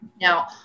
Now